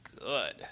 good